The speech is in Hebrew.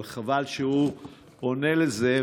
אבל חבל שהוא עונה על זה.